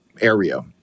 area